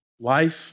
life